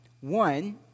One